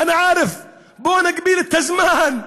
אנא עארף, בואו נגביל את הזמן.